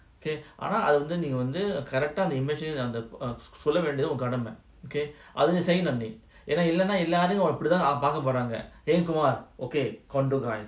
okay ஆனாநீவந்துஇதுவந்து:ana nee vandhu idhu vandhu character the image சொல்லவேண்டியதுஉன்கடமை:solla vendiathu un kadama okay அதுநீசெய்யணும்நீஇல்லனாஎல்லாரையும்அப்டித்தான்பார்க்கபோறாங்க:adhu nee seyyanum nee illana ellarayum apdithan parka poranga okay condo guy